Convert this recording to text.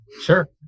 Sure